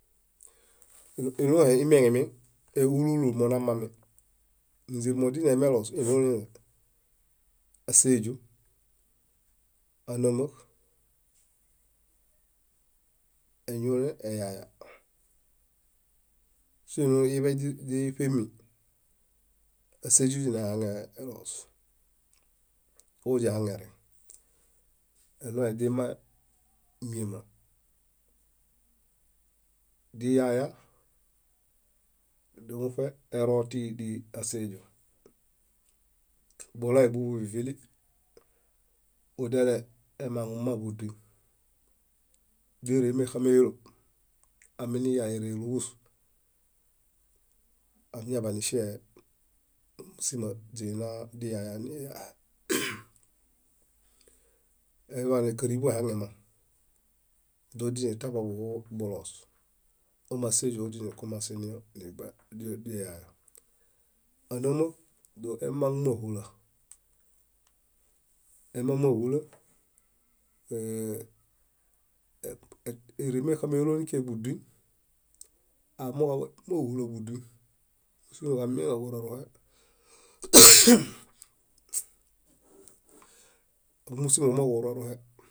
iɭũhe imieŋemeŋ úluulu monamami inze moźilemeloos lãɭã, áseju, ánamo, eɭũe eyaya. Só iḃei źíṗemi áseju źiɦaŋeloos doźiɦaŋereŋ eɭũe źimãe míama diyaya dómoṗe erotiaseju buloe búvivili ediale emaŋuma buduñ dére mexalelob aminiyae éreeluḃus añaḃaniŝe momusimo źina diyaya źiniyae eḃane káriḃo eɦaŋemaŋ, dóźietaboḃuɦu buloos ómaseju óźikumasinie buloos ádoma emaŋ máɦula éremexameelonikia buduñ amooġo mahuen buduñ mósimo kamieŋa ġurorue.